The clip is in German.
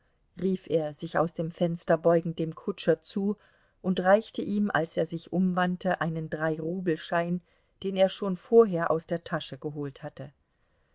rief er sich aus dem fenster beugend dem kutscher zu und reichte ihm als er sich umwandte einen dreirubelschein den er schon vorher aus der tasche geholt hatte